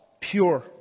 pure